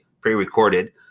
pre-recorded